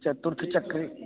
चतुर्थचक्रि